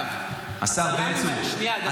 אגב, היא יודעת --- השר בן צור -- שנייה, דקה.